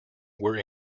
were